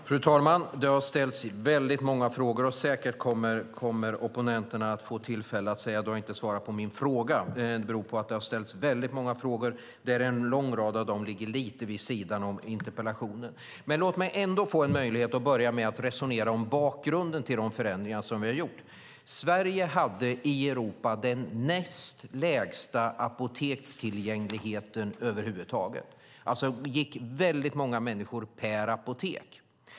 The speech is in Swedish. Fru talman! Det har ställts väldigt många frågor, och säkert kommer opponenterna att få tillfälle att säga att jag inte har svarat på deras frågor. Det beror på att det har ställts många frågor och att en lång rad av dem ligger lite vid sidan av ämnet för interpellationen. Låt mig dock få en möjlighet att börja med att resonera om bakgrunden till de förändringar vi har gjort. Sverige hade i Europa den näst lägsta apotekstillgängligheten över huvud taget. Det gick alltså väldigt många människor per apotek.